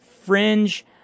fringe